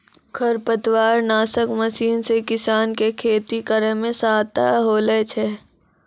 खरपतवार नासक मशीन से किसान के खेती करै मे सहायता होलै छै